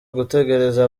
gutegereza